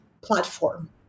platform